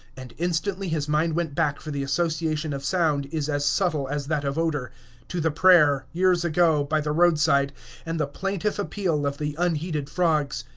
and instantly his mind went back for the association of sound is as subtle as that of odor to the prayer, years ago, by the roadside and the plaintive appeal of the unheeded frogs,